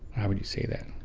how would you say that?